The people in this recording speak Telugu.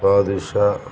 బాదుషా